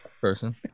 person